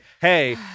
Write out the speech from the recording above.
hey